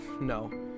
No